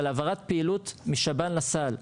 של העברת פעילות מהשב"ן לסל.